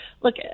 look